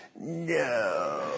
No